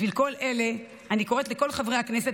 בשביל כל אלה אני קוראת לכל חברי הכנסת